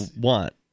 want